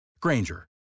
Granger